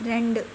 രണ്ട്